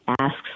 asks